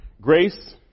Grace